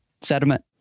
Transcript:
sediment